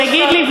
תגיד לי,